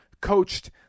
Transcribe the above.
coached